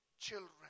children